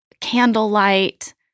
candlelight